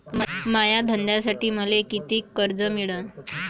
माया धंद्यासाठी मले कितीक कर्ज मिळनं?